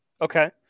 Okay